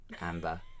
Amber